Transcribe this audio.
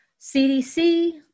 CDC